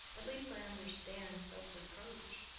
at least i understand self-reproach.